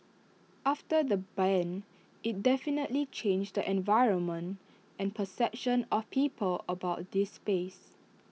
after the ban IT definitely changed the environment and perception of people about this space